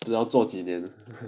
你要做几年